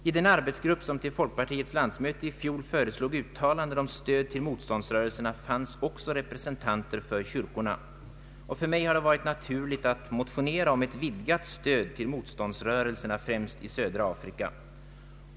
I den arbetsgrupp som till folkpartiets landsmöte 1969 föreslog uttalanden om stöd till motståndsrörelserna fanns också representanter för mis sionen. För mig var det även naturligt att motionera om ett vidgat stöd till motståndsrörelserna främst i södra Afrika.